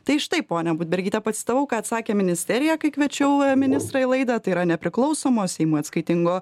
tai štai ponia budbergyte pacitavau ką atsakė ministerija kai kviečiau ministrą į laidą tai yra nepriklausomo seimui atskaitingo